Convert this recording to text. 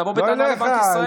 תבוא בטענה לבנק ישראל.